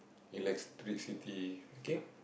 electricity okay